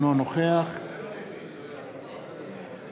אינו נוכח נאוה בוקר,